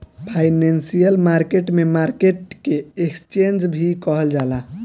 financial market में market के exchange भी कहल जाला